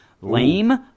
Lame